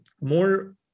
more